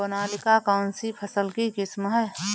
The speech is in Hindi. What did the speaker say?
सोनालिका कौनसी फसल की किस्म है?